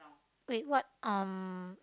wait what um